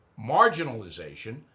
marginalization